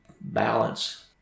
balance